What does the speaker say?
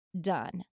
Done